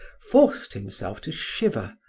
forced himself to shiver,